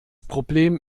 problem